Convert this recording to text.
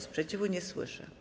Sprzeciwu nie słyszę.